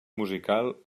musical